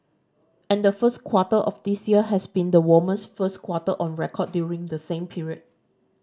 and the first quarter of this year has been the warmest first quarter on record during the same period